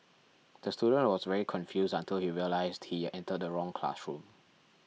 the student was very confused until he realised he entered the wrong classroom